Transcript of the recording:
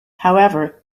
however